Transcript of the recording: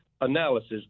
analysis